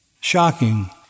shocking